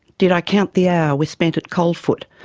did i count the hour we spent at coldfoot?